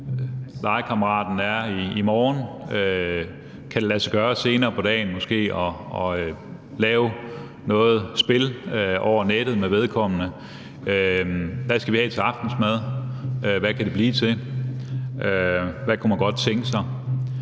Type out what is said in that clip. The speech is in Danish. legekammeraten i morgen, og kan det lade sig gøre senere på dagen måske at lave noget spil over nettet med vedkommende? Hvad skal vi have til aftensmad? Hvad kan det blive til? Hvad kunne man godt tænke sig?